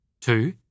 Two